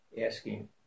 asking